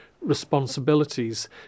responsibilities